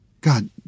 God